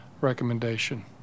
recommendation